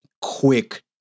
quick